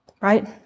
right